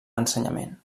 ensenyament